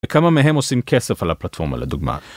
וכמה מהם עושים כסף על הפלטפורמה לדוגמה.